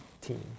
team